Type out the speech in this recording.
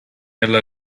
alla